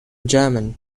german